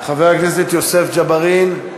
חבר הכנסת יוסף ג'בארין,